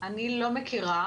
אני לא מכירה,